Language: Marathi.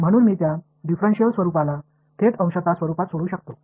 म्हणून मी त्या डिफरेन्शिएल स्वरूपाला थेट अंशतः स्वरूपात सोडवू शकतो